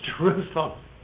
Jerusalem